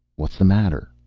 what's the matter?